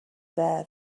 there